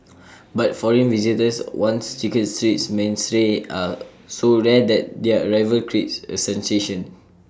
but foreign visitors once chicken Street's mainstay are so rare that their arrival creates A sensation